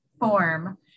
form